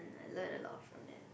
and I learned a lot from it